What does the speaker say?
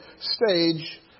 stage